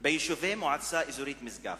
ביישובי המועצה האזורית משגב.